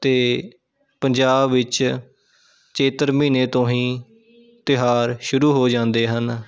ਅਤੇ ਪੰਜਾਬ ਵਿੱਚ ਚੇਤਰ ਮਹੀਨੇ ਤੋਂ ਹੀ ਤਿਉਹਾਰ ਸ਼ੁਰੂ ਹੋ ਜਾਂਦੇ ਹਨ